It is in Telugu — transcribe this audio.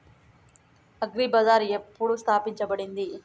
అగ్రి బజార్ ఎప్పుడు స్థాపించబడింది?